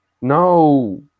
No